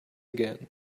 again